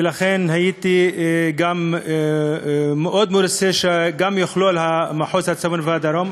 ולכן הייתי מאוד מרוצה אם ייכללו גם מחוז הצפון ומחוז הדרום.